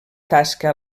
tasca